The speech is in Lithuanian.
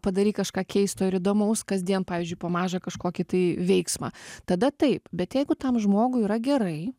padaryk kažką keisto ir įdomaus kasdien pavyzdžiui po mažą kažkokį tai veiksmą tada taip bet jeigu tam žmogui yra gerai